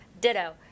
Ditto